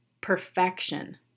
perfection